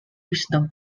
wisdom